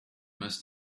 must